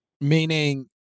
Meaning